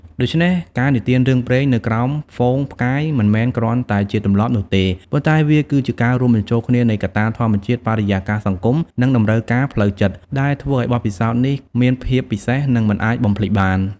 ដូច្នេះ ការនិទានរឿងព្រេងនៅក្រោមហ្វូងផ្កាយ មិនមែនគ្រាន់តែជាទម្លាប់នោះទេ ប៉ុន្តែវាគឺជាការរួមបញ្ចូលគ្នានៃកត្តាធម្មជាតិ បរិយាកាសសង្គម និងតម្រូវការផ្លូវចិត្ត ដែលធ្វើឲ្យបទពិសោធន៍នេះមានភាពពិសេស និងមិនអាចបំភ្លេចបាន ។